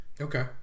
okay